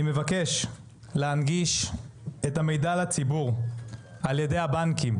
אני מבקש להנגיש את המידע לציבור על ידי הבנקים,